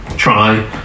try